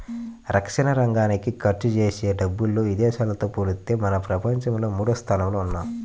రక్షణరంగానికి ఖర్చుజేసే డబ్బుల్లో ఇదేశాలతో పోలిత్తే మనం ప్రపంచంలో మూడోస్థానంలో ఉన్నాం